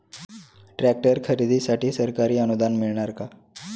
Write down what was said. Tractor खरेदीसाठी सरकारी अनुदान मिळणार का?